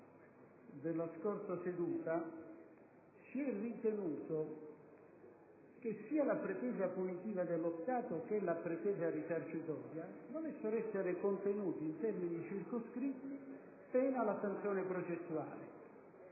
della precedente seduta, si è ritenuto che sia la pretesa punitiva dello Stato che la pretesa risarcitoria debbano essere contenute in termini circoscritti, pena la sanzione processuale.